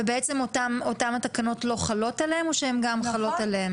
ובעצם אותן תקנות לא חלות עליהם או שהן חלות עליהן?